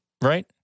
right